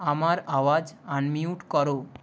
আমার আওয়াজ আনমিউট করো